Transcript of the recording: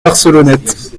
barcelonnette